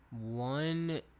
One